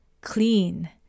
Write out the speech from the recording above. clean